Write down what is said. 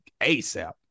ASAP